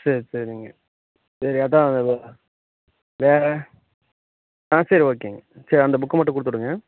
சரி சரிங்க சரி அதுதான் வேறு ஆ சரி ஓகேங்க சரி அந்த புக்கை மட்டும் கொடுத்து விடுங்க